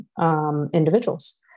individuals